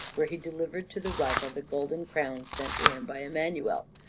where he delivered to the rajah the golden crown sent to him by emmanuel,